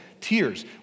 Tears